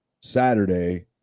Saturday